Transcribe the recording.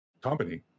company